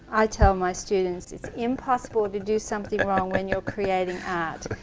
i tell my students, it's impossible to do something wrong when you're creating art.